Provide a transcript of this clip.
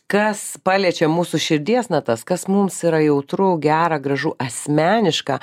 kas paliečia mūsų širdies natas kas mums yra jautru gera gražu asmeniška